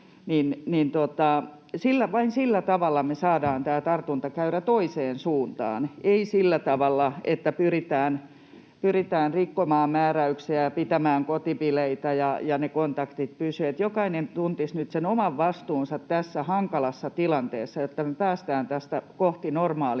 Vain sillä tavalla me saadaan tämä tartuntakäyrä toiseen suuntaan, ei sillä tavalla, että pyritään rikkomaan määräyksiä ja pitämään kotibileitä ja ne kontaktit pysyvät. Jokaisen tulisi tuntea nyt se oma vastuunsa tässä hankalassa tilanteessa, jotta me päästään tästä kohti normaalimpaa